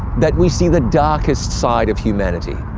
that we see the darkest side of humanity.